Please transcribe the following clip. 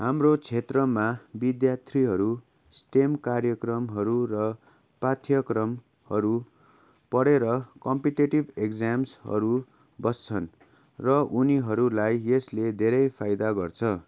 हाम्रो क्षेत्रमा विद्यार्थीहरू स्टेम कार्यक्रमहरू र पाठ्यक्रमहरू पढेर कम्पिटेटिभ एक्जाम्सहरू बस्छन् र उनीहरूलाई यसले धेरै फाइदा गर्छ